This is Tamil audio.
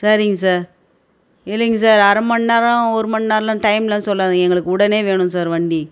சரிங்க சார் இல்லைங்க சார் அரை மணிநேரோம் ஒரு மணிநேரோலாம் டைமெலாம் சொல்லாதீங்க எங்களுக்கு உடனே வேணும் சார் வண்டி